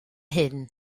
hyn